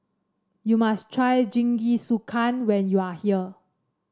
you must try Jingisukan when you are here